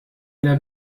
der